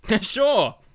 Sure